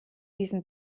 diesen